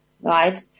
right